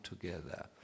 together